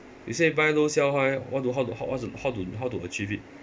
you say buy low sell high what to how to how how to how to achieve it